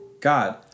god